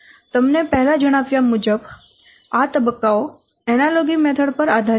તમને પહેલા જણાવ્યા મુજબ આ તબક્કાઓ એનાલોગી મેથોડ પર આધારિત છે